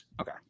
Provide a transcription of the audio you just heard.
Okay